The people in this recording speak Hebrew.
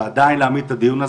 ועדיין להעמיד את הדיון הזה,